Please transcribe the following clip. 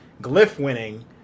glyph-winning